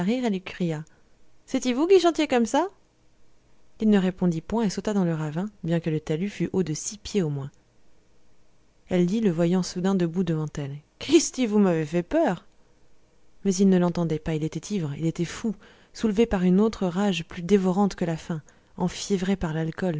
cria c'est-il vous qui chantiez comme ça il ne répondit point et sauta dans le ravin bien que le talus fût haut de six pieds au moins elle dit le voyant soudain debout devant elle cristi vous m'avez fait peur mais il ne l'entendait pas il était ivre il était fou soulevé par une autre rage plus dévorante que la faim enfiévré par l'alcool